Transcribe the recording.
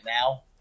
now